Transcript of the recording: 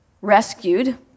rescued